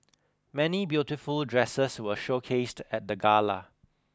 many beautiful dresses were showcased at the gala